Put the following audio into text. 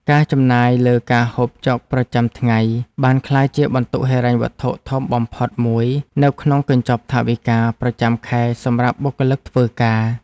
ការចំណាយលើការហូបចុកប្រចាំថ្ងៃបានក្លាយជាបន្ទុកហិរញ្ញវត្ថុធំបំផុតមួយនៅក្នុងកញ្ចប់ថវិកាប្រចាំខែសម្រាប់បុគ្គលិកធ្វើការ។